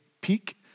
peak